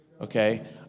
okay